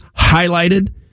highlighted